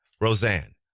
Roseanne